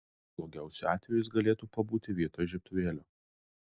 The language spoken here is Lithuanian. blogiausiu atveju jis galėtų pabūti vietoj žiebtuvėlio